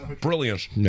brilliant